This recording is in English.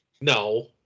No